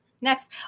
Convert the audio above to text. next